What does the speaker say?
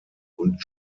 und